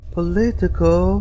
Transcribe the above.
Political